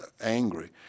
angry